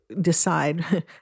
decide